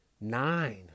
Nine